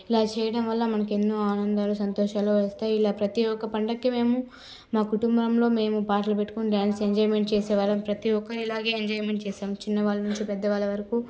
ఇలా చేయడం వల్ల మనకెన్నో ఆనందాలు సంతోషాలు వస్తాయ్ ఇలా ప్రతీ యొక్క పండక్కి మేము మా కుటుంబంలో మేము పాటలు పెట్టుకుని డాన్స్ ఎంజాయ్మెంట్ చేసేవాళ్లం ప్రతీ ఒక్కరు ఇలాగే ఎంజాయ్మెంట్ చేశాం చిన్నవాళ్ళ నుంచి పెద్దవాళ్ల వరకు